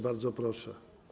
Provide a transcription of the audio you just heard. Bardzo proszę.